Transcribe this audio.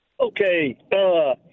Okay